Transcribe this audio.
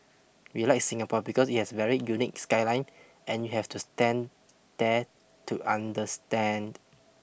we like Singapore because it has a very unique skyline and you have to stand there to understand